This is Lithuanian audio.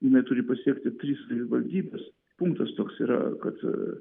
neturi pasiekti trys savivaldybės punkta s toks yra kad